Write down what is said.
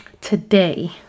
today